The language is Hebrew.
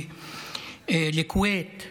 תרופות,) כווית,